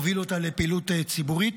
הוביל אותה לפעילות ציבורית.